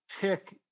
pick